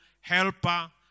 helper